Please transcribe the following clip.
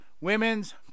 women's